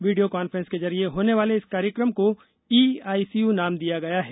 video conference के जरिये होने वाले इस कार्यक्रम को ई आईसीयू नाम दिया गया है